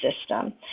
system